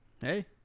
Hey